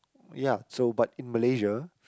ya so but in Malaysia